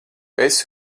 esi